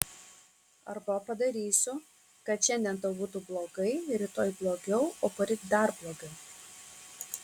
arba padarysiu kad šiandien tau būtų blogai rytoj blogiau o poryt dar blogiau